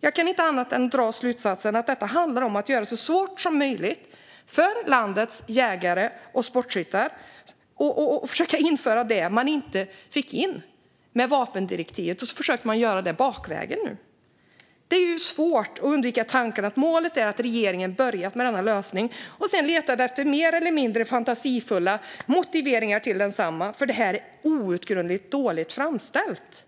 Jag kan inte annat än dra slutsatsen att detta handlar om att göra det så svårt som möjligt för landets jägare och sportskyttar och att bakvägen försöka införa det man inte fick igenom med vapendirektivet. Det är svårt att undvika tanken att regeringen börjat med denna lösning och sedan letat efter mer eller mindre fantasifulla motiveringar till densamma. Detta är nämligen obegripligt dåligt framställt.